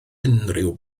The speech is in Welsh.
unrhyw